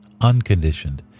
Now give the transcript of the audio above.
unconditioned